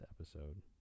episode